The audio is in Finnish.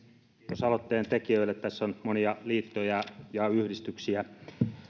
kiitos aloitteen tekijöille tässä on monia liittoja ja yhdistyksiä